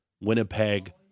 Winnipeg